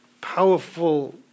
powerful